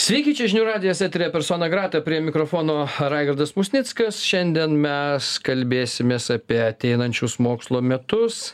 sveiki čia žinių radijas eteryje persona grata prie mikrofono raigardas musnickas šiandien mes kalbėsimės apie ateinančius mokslo metus